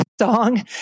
song